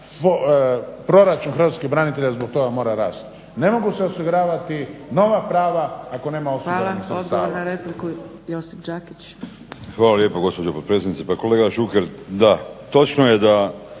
proračun hrvatskih branitelja zbog toga mora rasti. Ne mogu se osiguravati nova prava ako nema… **Zgrebec, Dragica (SDP)** Hvala. Odgovor na repliku, Josip Đakić. **Đakić, Josip (HDZ)** Hvala lijepa gospođo potpredsjednice. Pa kolega Šuker, da, točno je da